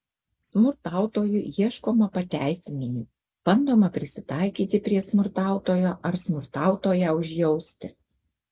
smurtautojui ieškoma pateisinimų bandoma prisitaikyti prie smurtautojo ar smurtautoją užjausti